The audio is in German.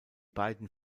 beiden